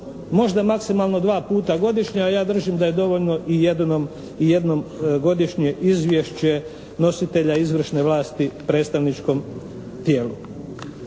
možda maksimalno dva puta godišnje, a ja držim da je dovoljno i jednom godišnje izvješće nositelja izvršne vlasti predstavničkom tijelu.